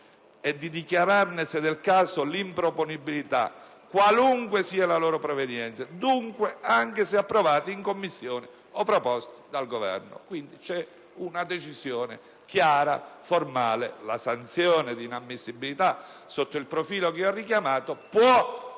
e di dichiararne se del caso l'improponibilità, qualunque sia la loro provenienza, dunque anche se approvati in Commissione o proposti dal Governo». Quindi, c'è una decisione chiara, formale: la sanzione di inammissibilità sotto il profilo che ho richiamato può